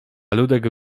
ludek